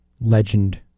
legend